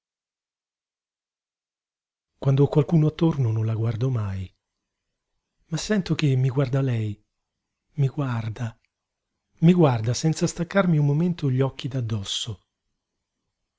quand'ho qualcuno attorno non la guardo mai ma sento che mi guarda lei mi guarda mi guarda senza staccarmi un momento gli occhi d'addosso